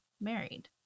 married